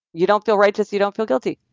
you don't feel righteous. you don't feel guilty.